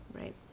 right